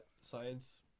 science